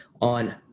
on